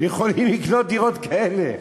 יכולים לקנות דירות כאלה,